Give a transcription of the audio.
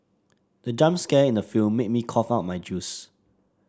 the jump scare in the film made me cough out my juice